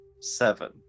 Seven